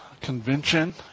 convention